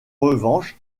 revanche